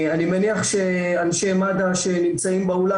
אני מניח שאנשי מד"א שנמצאים באולם,